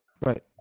Right